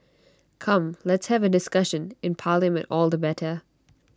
come let's have A discussion in parliament all the better